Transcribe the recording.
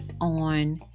on